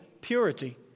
purity